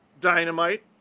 dynamite